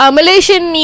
Malaysian